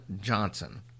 Johnson